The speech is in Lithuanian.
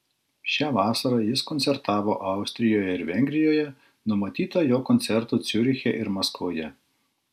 šią vasarą jis koncertavo austrijoje ir vengrijoje numatyta jo koncertų ciuriche ir maskvoje